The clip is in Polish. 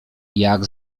jak